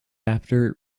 after